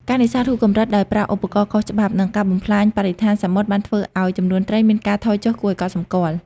ការនេសាទហួសកម្រិតដោយប្រើឧបករណ៍ខុសច្បាប់ និងការបំផ្លាញបរិស្ថានសមុទ្របានធ្វើឱ្យចំនួនត្រីមានការថយចុះគួរឱ្យកត់សម្គាល់។